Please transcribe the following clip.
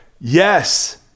Yes